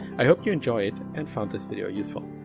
i hope you enjoy it and found this video useful.